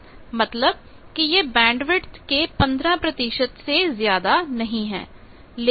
मतलब की यह बैंडविड्थ के 15 से ज्यादा नहीं है